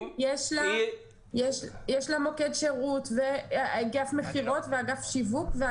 יש לה מוקד שירות, אגף מכירות, אגף שיווק.